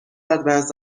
advanced